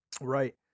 Right